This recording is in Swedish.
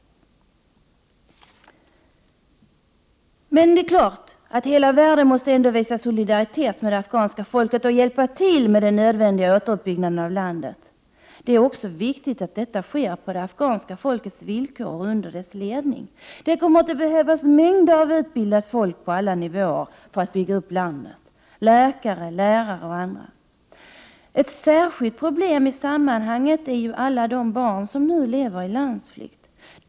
Men hela världen måste visa solidaritet med det afghanska folket och hjälpa till med den nödvändiga återuppbyggnaden av landet. Det är också viktigt att det sker på det afghanska folkets villkor och under dess ledning. Det kommer att behövas mängder av utbildat folk på alla nivåer för att bygga upp landet, bl.a. läkare och lärare. Ett särskilt problem i sammanhanget är alla de barn som nu lever i landsflykt.